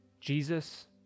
Jesus